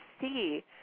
see